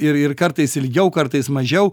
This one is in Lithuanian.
ir ir kartais ilgiau kartais mažiau